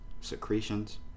Secretions